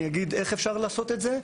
אני אגיד איך אפשר לעשות את זה.